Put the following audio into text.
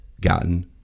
gotten